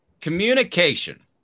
Communication